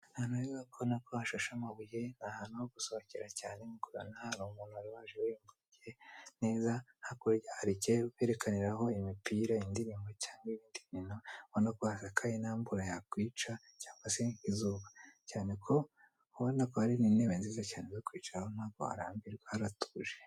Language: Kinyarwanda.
Ni ahantu heza ubona ko hashashe amabuye ni ahantu ho gusohokera cyane ,nkuko ubibona hari umuntu wari waje wiyumviye neza hakurya haricyo berekaniraho imipira, indirimbo cyangwa ibindi bintu urabona ko hasakaye nta mvura yakwica cyangwa se izuba cyane ko ubona ko hari intebe nziza cyane zo kwicaraho ntabwo warambirwa haratuje.